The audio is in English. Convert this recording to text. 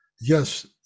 Yes